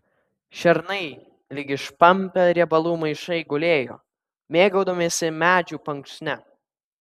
šernai lyg išpampę riebalų maišai gulėjo mėgaudamiesi medžių paunksne